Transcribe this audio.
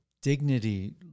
dignity